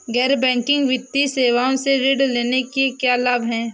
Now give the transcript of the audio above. गैर बैंकिंग वित्तीय सेवाओं से ऋण लेने के क्या लाभ हैं?